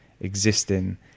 existing